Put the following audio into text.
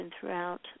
throughout